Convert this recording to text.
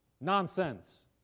nonsense